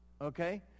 Okay